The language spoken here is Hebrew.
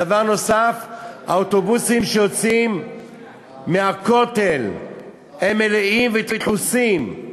דבר נוסף: האוטובוסים שיוצאים מהכותל הם מלאים ודחוסים.